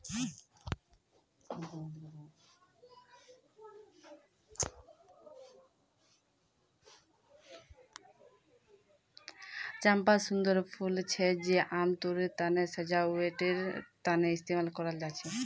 चंपा सुंदर फूल छे जे आमतौरत सजावटेर तने इस्तेमाल कराल जा छे